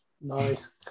Nice